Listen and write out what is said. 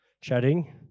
chatting